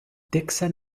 dixon